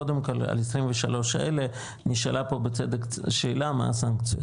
קודם כל על ה-23 האלה נשאלה פה שאלה בצדק מה הסנקציות?